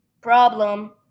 Problem